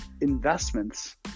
investments